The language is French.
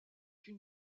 une